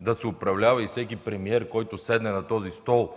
да се управлява и всеки премиер, който седне на този стол,